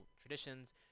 traditions